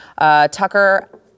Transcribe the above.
Tucker